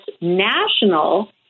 national